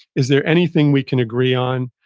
is there anything we can agree on?